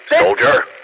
Soldier